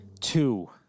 Two